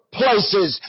places